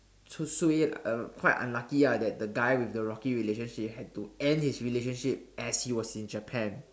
so suay uh quite unlucky ah that the guy with the rocky relationship had to end his relationship as he was in Japan